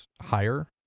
higher